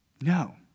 No